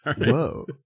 Whoa